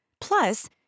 Plus